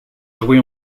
joué